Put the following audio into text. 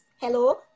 hello